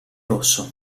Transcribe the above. rosso